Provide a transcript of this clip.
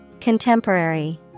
Contemporary